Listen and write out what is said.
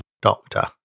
doctor